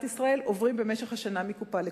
ישראל עוברים במשך השנה מקופה לקופה.